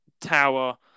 tower